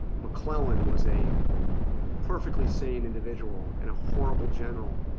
mcclellan was a perfectly sane individual and a horrible general